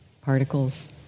particles